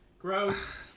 gross